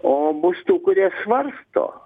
o bus tų kurie svarsto